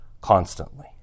Constantly